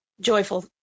joyful